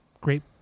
great